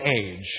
age